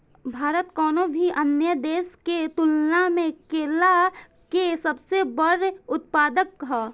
भारत कउनों भी अन्य देश के तुलना में केला के सबसे बड़ उत्पादक ह